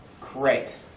Great